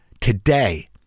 today